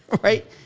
right